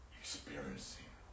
experiencing